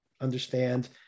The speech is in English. understand